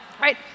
Right